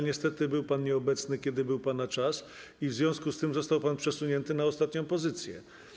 Niestety był pan nieobecny, kiedy był pana czas, w związku z czym został pan przesunięty na ostatnią pozycję.